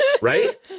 Right